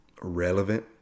relevant